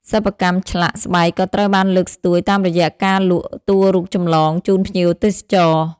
សិប្បកម្មឆ្លាក់ ស្បែកក៏ត្រូវបានលើកស្ទួយតាមរយៈការលក់តួរូបចម្លងជូនភ្ញៀវទេសចរ។